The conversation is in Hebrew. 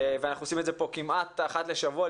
ואנחנו עושים את זה פה כמעט אחת לשבוע,